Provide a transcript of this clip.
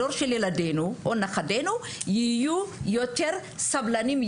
הדור של ילדינו או נכדינו יהיו יותר סבלניים,